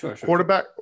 Quarterback